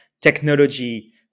Technology